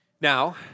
Now